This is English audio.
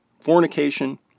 fornication